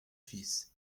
fils